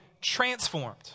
transformed